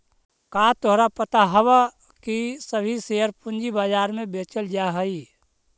का तोहरा पता हवअ की सभी शेयर पूंजी बाजार में बेचल जा हई